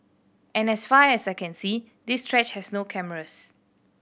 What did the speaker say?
and as far as I can see this stretch has no cameras